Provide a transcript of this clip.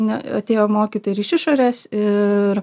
na atėjo mokytojai ir iš išorės ir